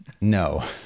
No